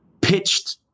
pitched